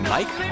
Mike